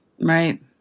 Right